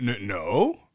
no